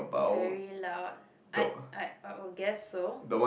very loud I I I would guess so